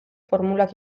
formulak